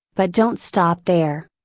but don't stop there.